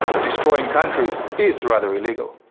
destroying countries is rather illegal.